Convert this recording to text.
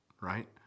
right